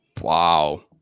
Wow